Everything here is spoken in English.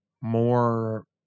more